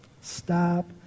Stop